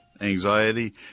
anxiety